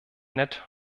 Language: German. nett